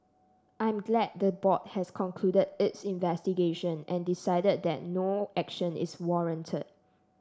I'm glad the board has concluded its investigation and decided that no action is warranted